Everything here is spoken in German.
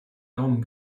daumen